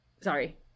Sorry